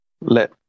let